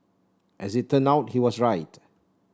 as it turn out he was right